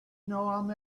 know